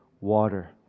water